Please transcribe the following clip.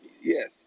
Yes